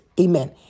amen